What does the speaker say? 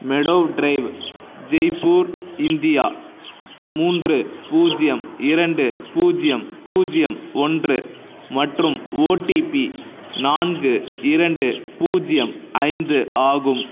meadow drive Jaipur India மூன்று பூஜ்ஜியம் இரண்டு பூஜ்ஜியம் பூஜ்ஜியம் ஒன்று மற்றும் ஓடிபி நான்கு இரண்டு பூஜ்ஜியம் ஐந்து ஆகும்